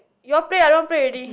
you all play I don't want play already